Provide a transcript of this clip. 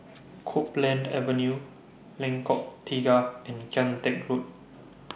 Copeland Avenue Lengkok Tiga and Kian Teck Road